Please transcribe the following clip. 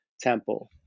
temple